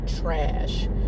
trash